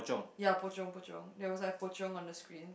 ya pochong pochong there's was like pochong on the screen